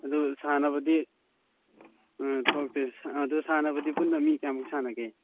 ꯑꯗꯨ ꯁꯥꯟꯅꯕꯗꯤ ꯊꯣꯛꯇꯦ ꯑꯗꯣ ꯁꯥꯟꯅꯕꯗꯤ ꯄꯨꯟꯅ ꯃꯤ ꯀꯌꯥꯃꯨꯛ ꯁꯥꯟꯅꯒꯦ